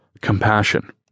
compassion